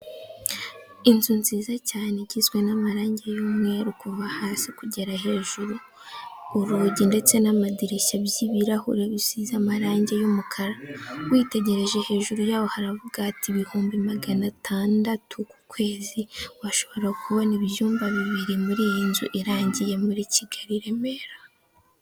Inzu nziza cyane igizwe n'amarangi y'umweru kuva hasi kugera hejuru, urugi ndetse n'amadirishya by'ibirahure bisize amarangi y'umukara, witegereje hejuru y'aho haravuga hati ibihumbi magana tandatu ku kwezi washobora kubona ibyumba bibiri muri iyi nzu irangiye muri Kigali, i Remera.